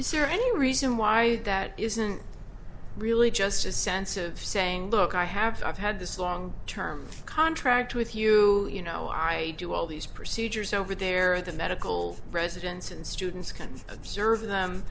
is there any reason why that isn't really just a sense of saying look i have i've had this long term contract with you you know i do all these procedures over there the medical residents and students kind of serve